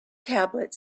tablet